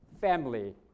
family